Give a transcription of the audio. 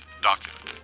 document